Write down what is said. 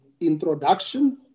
introduction